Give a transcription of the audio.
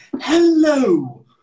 hello